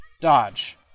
dodge